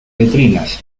letrinas